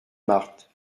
marthe